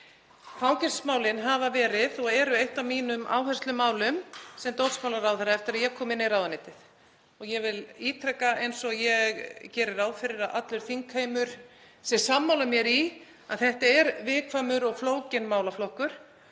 Fangelsismálin hafa verið og eru eitt af mínum áherslumálum sem dómsmálaráðherra eftir að ég kom inn í ráðuneytið. Ég vil ítreka, og ég geri ráð fyrir að allur þingheimur sé sammála mér í því, að þetta er viðkvæmur og flókinn málaflokkur